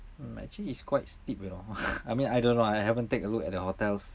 mm actually it's quite steep you know I mean I don't know I haven't take a look at the hotels